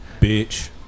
bitch